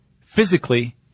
physically